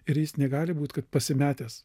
ir jis negali būt kad pasimetęs